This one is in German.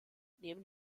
neben